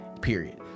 period